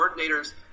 coordinators